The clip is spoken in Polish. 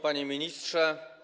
Panie Ministrze!